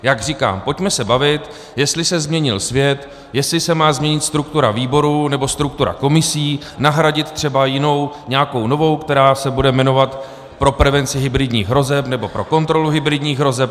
Jak říkám, pojďme se bavit, jestli se změnil svět, jestli se má změnit struktura výborů, nebo struktura komisí, nahradit třeba jinou, nějakou novou, která se bude jmenovat pro prevenci hybridních hrozeb, nebo pro kontrolu hybridních hrozeb.